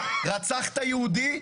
רצחת יהודי,